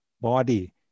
body